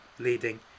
Leading